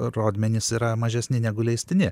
rodmenys yra mažesni negu leistini